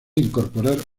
incorporar